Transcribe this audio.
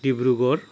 Dibrugarh